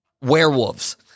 Werewolves